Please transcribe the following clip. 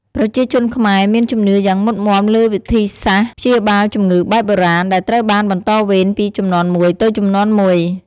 ប្រជាជនខ្មែរមានជំនឿយ៉ាងមុតមាំលើវិធីសាស្ត្រព្យាបាលជំងឺបែបបុរាណ ដែលត្រូវបានបន្តវេនពីជំនាន់មួយទៅជំនាន់មួយ។